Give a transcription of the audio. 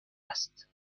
است